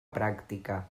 pràctica